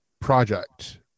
project